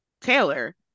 Taylor